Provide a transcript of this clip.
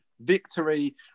victory